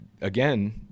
again